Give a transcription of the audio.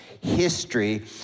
history